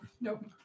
Nope